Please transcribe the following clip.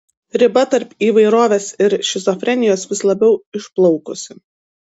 riba tarp įvairovės ir šizofrenijos vis labiau išplaukusi